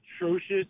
atrocious